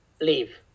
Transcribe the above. leave